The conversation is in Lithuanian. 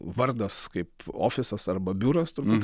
vardas kaip ofisas arba biuras turbūt